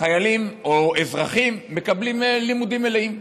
חיילים או אזרחים מקבלים לימודים מלאים.